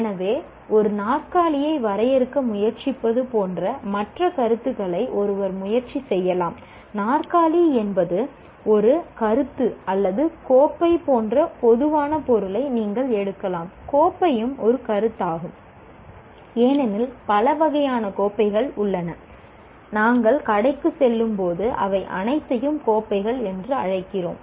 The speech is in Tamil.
எனவே ஒரு நாற்காலியை வரையறுக்க முயற்சிப்பது போன்ற மற்ற கருத்துகளை ஒருவர் முயற்சி செய்யலாம் நாற்காலி என்பது ஒரு கருத்து அல்லது கோப்பை போன்ற பொதுவான பொருளைப் நீங்கள் எடுக்கலாம் கோப்பையும் ஒரு கருத்தாகும் ஏனெனில் பல வகையான கோப்பைகள் உள்ளன நாங்கள் கடைக்குச் செல்லும்போது அவை அனைத்தையும் கோப்பைகள் என்று அழைக்கிறோம்